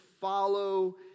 follow